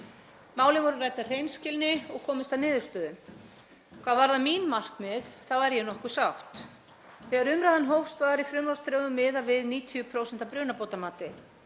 Málin voru rædd af hreinskilni og komist að niðurstöðu. Hvað varðar mín markmið þá er ég nokkuð sátt. Þegar umræðan hófst var í frumvarpsdrögum miðað við 90% af brunabótamati.